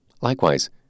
Likewise